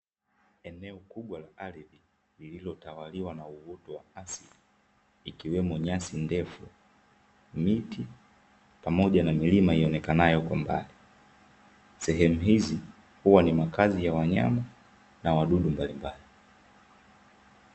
Eneo kubwa la ardhi lililotawaliwa na uoto wa asili ikiwemo: nyasi, ndefu miti pamoja na milima ionekanayo kwa mbali sehemu hizi, huwa ni makazi ya wanyama na wadudu mbalimbali.